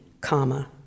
comma